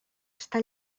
està